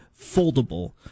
foldable